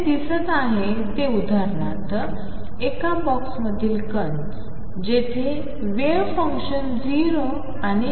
जे दिसत आहे ते उदाहरणार्थ एका बॉक्समधील कण जेथे वेव्ह फंक्शन 0 आणि l